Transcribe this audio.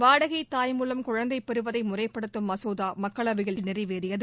வாடகைத்தாய் மூலம் குழந்தைப் பெறுவதை முறைப்படுத்தும் மசோதா மக்களவையில் நிறைவேறியது